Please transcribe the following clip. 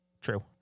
True